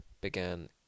began